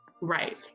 Right